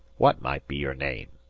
what might be your name?